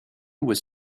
was